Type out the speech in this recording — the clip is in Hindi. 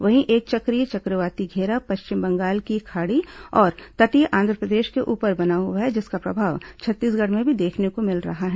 वहीं एक चक्रीय चक्रवाती धेरा पश्चिम बंगाल की खाड़ी और तटीय आंध्रप्रदेश के ऊपर बना हुआ है जिसका प्रभाव छत्तीसगढ़ में भी देखने को मिल रहा है